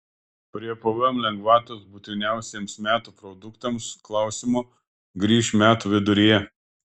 prie pvm lengvatos būtiniausiems metų produktams klausimo grįš metų viduryje